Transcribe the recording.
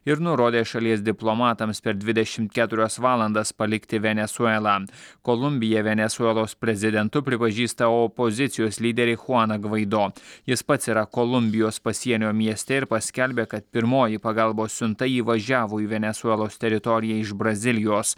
ir nurodė šalies diplomatams per dvidešimt keturias valandas palikti venesuelą kolumbiją venesuelos prezidentu pripažįsta opozicijos lyderį chuaną gvaido jis pats yra kolumbijos pasienio mieste ir paskelbė kad pirmoji pagalbos siunta įvažiavo į venesuelos teritoriją iš brazilijos